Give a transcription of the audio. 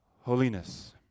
Holiness